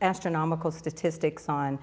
astronomical statistics on